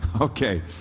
okay